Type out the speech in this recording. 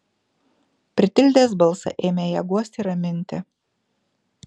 pritildęs balsą ėmė ją guosti ir raminti